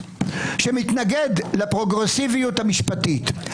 שמתנגד לפרוגרסיביות המשפטית.